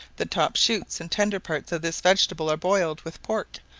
the top shoots and tender parts of this vegetable are boiled with pork,